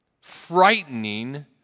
frightening